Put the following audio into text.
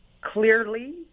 Clearly